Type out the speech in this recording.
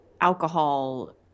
alcohol